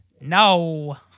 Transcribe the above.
No